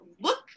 look